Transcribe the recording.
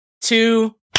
two